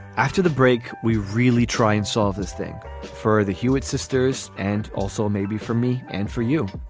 after the break. we really try and solve this thing for the hewitt sisters. and also maybe for me and for you.